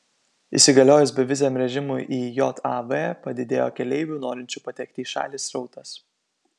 įsigaliojus beviziam režimui į jav padidėjo keleivių norinčių patekti į šalį srautas